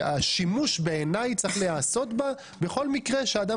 השימוש בעיניי צריך להיעשות בה בכל מקרה שאדם